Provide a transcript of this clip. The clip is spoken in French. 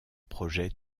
projet